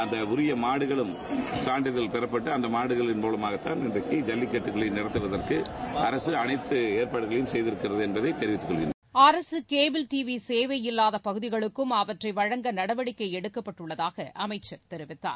அந்த உரிய மாடுகளும் சான்றிதழ் பெறப்பட்டு அந்த மாடுகள் மூலமாகத்தான் இன்றைக்கு ஜல்லிக்கட்டு நடத்துவதற்கு அரசு அனைத்து ஏற்பாடுகளையும் செய்திருக்கிறது என்பதை தெரிவித்துக் கொள்கிறேன் அரசு கேபிள் டிவி சேவை இல்லாத பகுதிகளுக்கும் அவற்றை வழங்க நடவடிக்கை எடுக்கப்பட்டுள்ளதாக அமைச்சர் தெரிவித்தார்